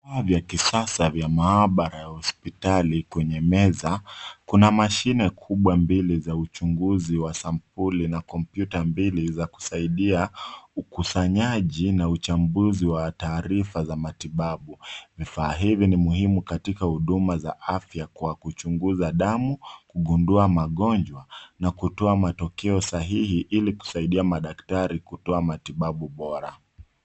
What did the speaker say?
Vifaa vya kisasa vya maabara ya hospitali kwenye meza. Kuna mashine kubwa mbili za uchunguzi wa sampuli na kompyuta mbili za kusaidia ukusanyaji na uchambuzi wa taarifa za matibabu. Vifaa hivi ni muhimu katika huduma za afya, kwa kuchunguza damu, kugundua magonjwa, na kutoa matokeo sahihi ili kusaidia madaktri kutoa matibabu bora.